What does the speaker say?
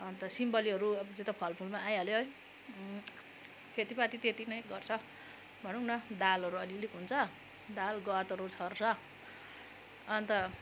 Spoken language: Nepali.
अन्त सिम्बलीहरू त्यो त अब फलफुलमा आइहाल्यो है खेतीपाती तेती नै गर्छ भनौँ न दालहरू अलिअलि हुन्छ दाल गहतहरू छर्छ अन्त